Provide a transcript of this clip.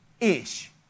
ish